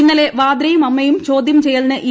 ഇന്നലെ വാദ്രയും അമ്മയും ചോദ്യം ചെയ്യലിന് ഇ